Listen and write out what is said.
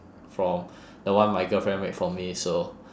from the one my girlfriend made for me so